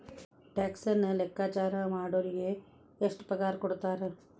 ಟ್ಯಾಕ್ಸನ್ನ ಲೆಕ್ಕಾಚಾರಾ ಮಾಡೊರಿಗೆ ಎಷ್ಟ್ ಪಗಾರಕೊಡ್ತಾರ??